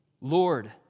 lord